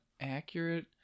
accurate